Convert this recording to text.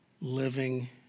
living